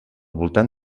voltant